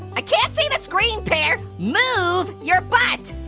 i can't see the screen, pear. move your butt!